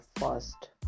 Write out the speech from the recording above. first